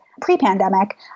pre-pandemic